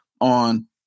on